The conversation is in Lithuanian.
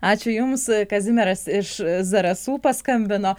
ačiū jums kazimieras iš zarasų paskambino